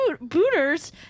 booters